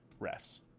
refs